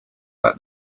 back